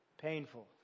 painful